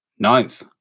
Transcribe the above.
Ninth